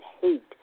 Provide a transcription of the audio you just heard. hate